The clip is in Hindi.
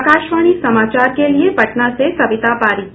आकाशवाणी समाचार के लिये पटना से सविता पारीक